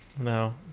No